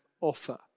offer